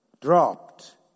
dropped